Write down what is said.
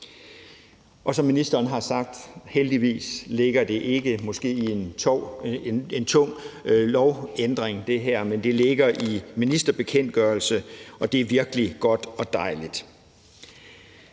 Og som ministeren har sagt, ligger det her heldigvis ikke i en måske tung lovændring, men det ligger i en ministerbekendtgørelse, og det er virkelig godt og dejligt.